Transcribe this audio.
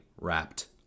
wrapped